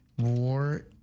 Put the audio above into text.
War